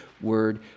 word